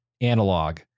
analog